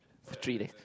for three day